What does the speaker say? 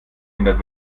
ändert